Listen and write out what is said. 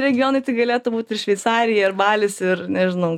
regionai tai galėtų būt ir šveicarija ir balis ir nežinau